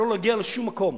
ולא להגיע לשום מקום.